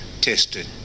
tested